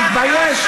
תתבייש.